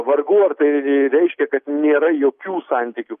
vargu ar tai reiškia kad nėra jokių santykių